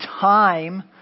time